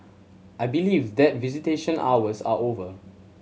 I believe that visitation hours are over